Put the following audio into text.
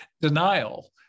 denial